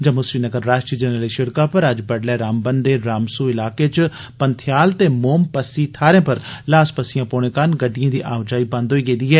जम्मू श्रीनगर राष्ट्री जरनैली सिड़कै पर अज्ज बड्डलै रामबन जिले दे रामसू इलाके च पंथेया ते मोम पस्सी थाहरें पर ल्हास पस्स्यां पौने कारण गड्डिएं दी आओजाई बंद होई गेदी ऐ